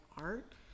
art